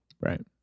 right